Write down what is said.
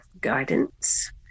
guidance